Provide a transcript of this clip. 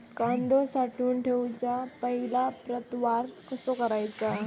कांदो साठवून ठेवुच्या पहिला प्रतवार कसो करायचा?